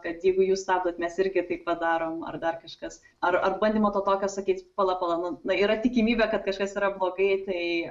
kad jeigu jūs stabdot mes irgi taip pat padarom ar dar kažkas ar ar bandymo to tokio sakyt pala pala nu na yra tikimybė kad kažkas yra blogai tai